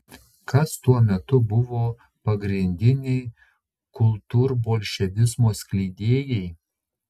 kas tuo metu buvo pagrindiniai kultūrbolševizmo skleidėjai